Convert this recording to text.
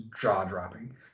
jaw-dropping